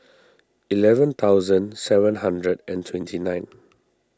eleven thousand seven hundred and twenty nine